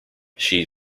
she